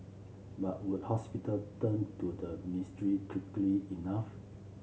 but would hospital turn to the quickly enough